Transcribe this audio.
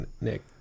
Nick